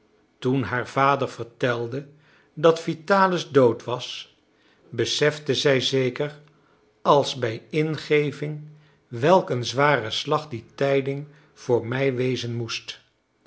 toen haar vader vertelde dat vitalis dood was besefte zij zeker als bij ingeving welk een zware slag deze tijding voor mij wezen moest